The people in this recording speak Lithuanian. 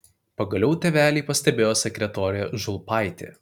pagaliau tėvelį pastebėjo sekretorė žulpaitė